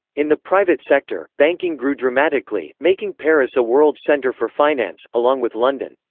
in the private sector, banking grew dramatically, making paris a world center for finance, along with london.